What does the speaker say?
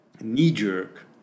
knee-jerk